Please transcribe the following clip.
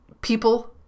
people